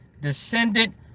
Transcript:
descendant